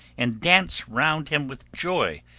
and dance round him with joy,